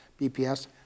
BPS